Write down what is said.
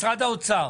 משרד האוצר.